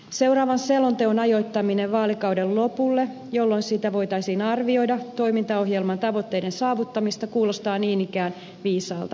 seuraavan selonteon ajoittaminen vaalikauden lopulle jolloin siitä voitaisiin arvioida toimintaohjelman tavoitteiden saavuttamista kuulostaa niin ikään viisaalta ajatukselta